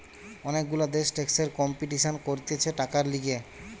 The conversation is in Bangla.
অনেক গুলা দেশ ট্যাক্সের কম্পিটিশান করতিছে টাকার লিগে